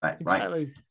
right